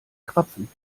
krapfen